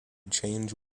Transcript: change